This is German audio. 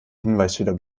hinweisschilder